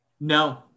No